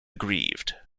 grieved